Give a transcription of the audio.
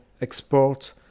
export